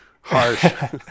Harsh